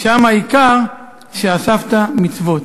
שם העיקר שאספת מצוות".